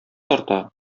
тарта